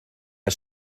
era